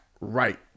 right